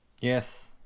Yes